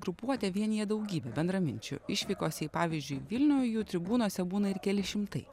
grupuotę vienija daugybę bendraminčių išvykose į pavyzdžiui į vilnių jų tribūnose būna ir keli šimtai